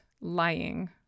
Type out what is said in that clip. lying